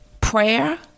prayer